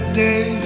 day